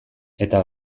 eta